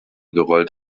gerollt